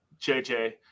jj